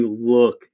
look